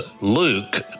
Luke